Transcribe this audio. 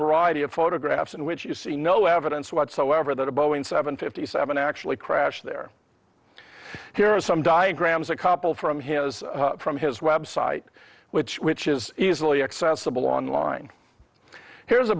variety of photographs in which you see no evidence whatsoever that a boeing seven fifty seven actually crashed there here are some diagrams a couple from his from his web site which which is easily accessible online here's a